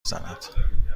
بزند